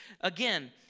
again